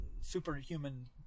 superhuman